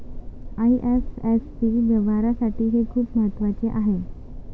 IFSC व्यवहारासाठी हे खूप महत्वाचे आहे